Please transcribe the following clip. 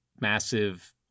massive